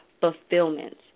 fulfillment